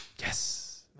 Yes